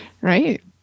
Right